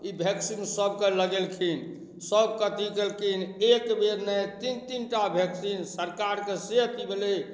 ई vaccine सबके लगेलखिन सबके अथी केलखिन एक बेर नहि तीन तीनटा वैक्सीन सरकारके से कि भेलै